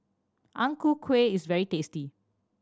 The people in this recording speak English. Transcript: Ang Ku Kueh is very tasty